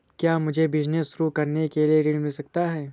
क्या मुझे बिजनेस शुरू करने के लिए ऋण मिल सकता है?